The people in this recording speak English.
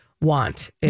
want